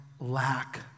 lack